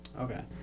Okay